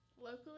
Locally